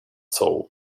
soul